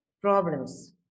problems